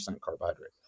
carbohydrate